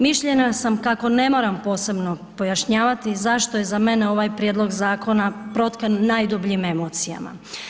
Mišljenja sam kako ne moram posebno pojašnjavati zašto je za mene ovaj prijedlog zakona protkan najdubljim emocijama.